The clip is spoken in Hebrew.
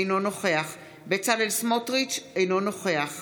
אינו נוכח בצלאל סמוטריץ' אינו נוכח